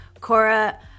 Cora